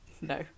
No